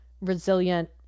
resilient